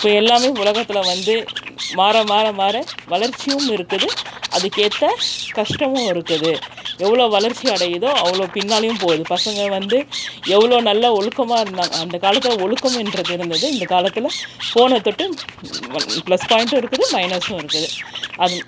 இப்போ எல்லாமே உலகத்தில் வந்து மாற மாற மாற வளர்ச்சியும் இருக்குது அதுக்கேற்ற கஷ்டமும் இருக்குது எவ்வளோ வளர்ச்சி அடையுதோ அவ்வளோ பின்னாலேயும் போது பசங்கள் வந்து எவ்வளோ நல்ல ஒழுக்கமா இருந்தாங்க அந்த காலத்தில் ஒழுக்கம் என்றது இருந்தது இந்த காலத்தில் ஃபோனை தொட்டு ப்ளஸ் பாயிண்ட்டும் இருக்குது மைனஸும் இருக்குது அது